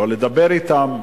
לא לדבר אתם,